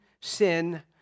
sin